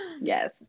Yes